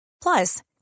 Plus